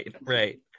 right